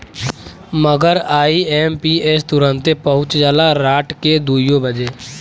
मगर आई.एम.पी.एस तुरन्ते पहुच जाला राट के दुइयो बजे